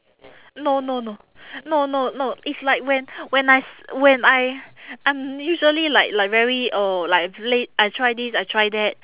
no no no no no no it's like when when I s~ when I I'm usually like like very oh like play~ I try this I try that